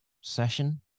session